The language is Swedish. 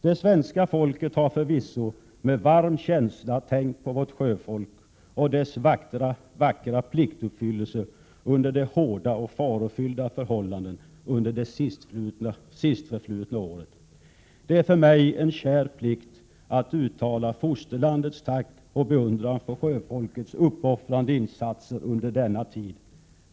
Det svenska folket har förvisso med varm känsla tänkt på vårt sjöfolk och dess vackra pliktuppfyllelse under de hårda och farofyllda förhållandena under de sistförflutna året. Det är för mig en kär plikt, att uttala fosterlandets tack och beundran för sjöfolkets uppoffrande insatser under denna tid.